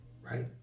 right